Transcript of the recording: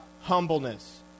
humbleness